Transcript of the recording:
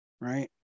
Right